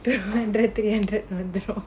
the directory entered on the before